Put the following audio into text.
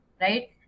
right